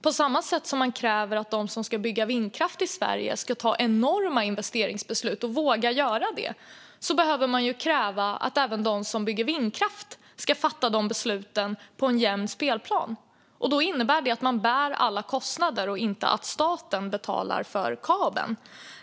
På samma sätt som man kräver att de som ska bygga kärnkraft i Sverige ska ta enorma investeringsbeslut och våga göra det behöver man kräva att även de som bygger vindkraft ska fatta dessa beslut på en jämn spelplan. Då innebär det att man bär alla kostnader och att inte staten betalar för kabeln.